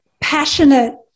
passionate